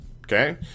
Okay